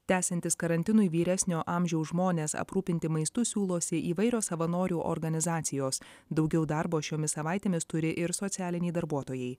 tęsiantis karantinui vyresnio amžiaus žmones aprūpinti maistu siūlosi įvairios savanorių organizacijos daugiau darbo šiomis savaitėmis turi ir socialiniai darbuotojai